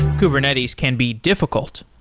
kubernetes can be difficult.